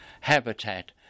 Habitat